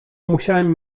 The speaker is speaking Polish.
musiałem